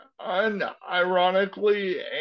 unironically